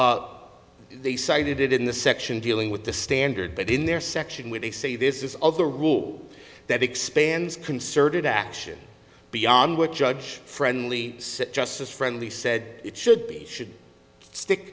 sorry they cited it in the section dealing with the standard but in their section where they say this is all the rule that expands concerted action beyond what judge friendly justice friendly said it should be should stick